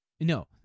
no